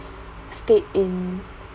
stayed in